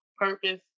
purpose